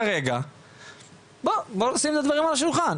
כרגע בואו נשים את הדברים על השולחן.